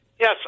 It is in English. Yes